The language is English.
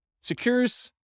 secures